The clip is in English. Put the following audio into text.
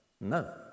no